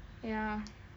ya